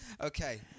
Okay